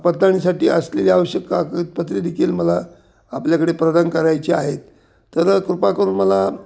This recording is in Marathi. पत्ताणीसाठी असलेली आवश्यक कागदपत्रे देखील मला आपल्याकडे प्रदान करायची आहेत तर कृपा करून मला